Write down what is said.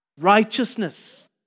righteousness